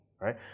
right